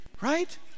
right